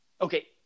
okay